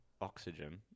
oxygen